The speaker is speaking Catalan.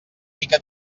mica